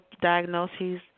diagnoses